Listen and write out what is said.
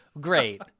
great